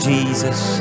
Jesus